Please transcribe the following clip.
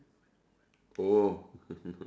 oh